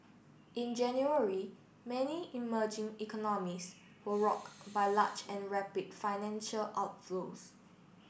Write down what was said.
in January many emerging economies were rock by large and rapid financial outflows